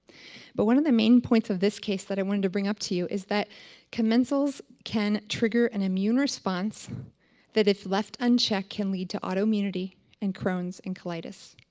but one of the main points of this case that i wanted to bring up to you is that commensals can trigger an immune response that if left uncheck can lead to autoimmunity and crohn's and colitis.